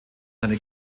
seine